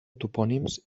topònims